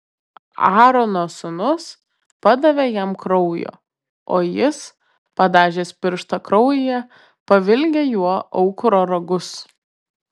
aarono sūnūs padavė jam kraujo o jis padažęs pirštą kraujyje pavilgė juo aukuro ragus